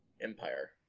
empire